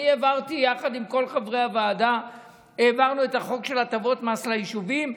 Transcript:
אני העברתי יחד עם כל חברי הוועדה את החוק של הטבות מס ליישובים.